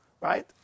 Right